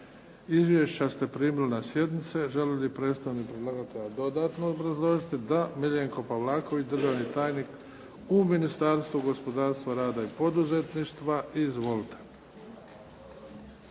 Izvješća ste primili na sjednici. Želi li predstavnik predlagatelja dodatno obrazložiti? Da. Miljenko Pavlaković državni tajnik u Ministarstvu gospodarstva, rada i poduzetništva. Izvolite.